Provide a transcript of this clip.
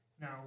Now